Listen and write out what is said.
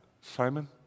Simon